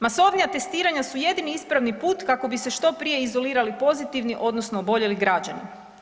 Masovnija testiranja su jedini ispravni put kako bi se što prije izolirali pozitivni odnosno oboljeli građani.